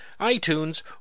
iTunes